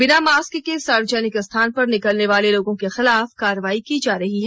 बिना मास्क के सार्वजनिक स्थान पर निकलने वाले लोगों के खिलाफ कार्रवाई की जा रही है